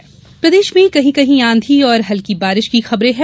मौसम प्रदेश में कहीं कहीं आंधी और हल्की बारिश खबरें हैं